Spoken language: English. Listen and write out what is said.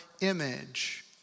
image